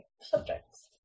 subjects